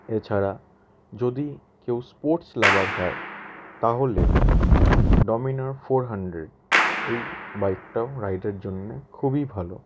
এছাড়া যদি কেউ স্পোর্টস লাভার হয় তাহলে ডমিনা ফোর হান্ড্রেড এই বাইকটাও রাইডের জন্যে খুবই ভালো